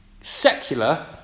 secular